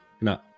no